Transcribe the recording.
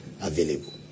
available